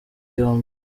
yombi